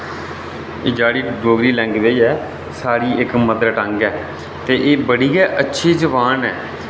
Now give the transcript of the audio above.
एह् जेह्ड़ी डोगरी लैंग्वेज ऐ साढ़ी इक मदर टंग ऐ ते एह् बड़ी गै अच्छी जबान ऐ